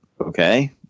okay